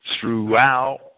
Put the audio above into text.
throughout